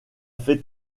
fait